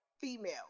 female